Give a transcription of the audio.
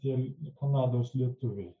ir kanados lietuviai